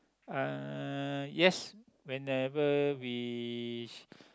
uh yes whenever we